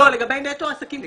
לגבי נטו עסקים קטנים ובינוניים.